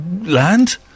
land